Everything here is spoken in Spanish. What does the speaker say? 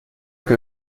que